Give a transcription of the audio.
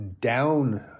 down